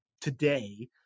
today